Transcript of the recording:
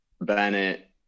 Bennett